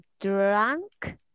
drunk